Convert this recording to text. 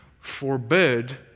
forbid